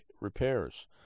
repairs